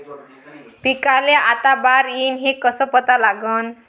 पिकाले आता बार येईन हे कसं पता लागन?